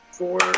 Four